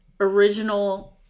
original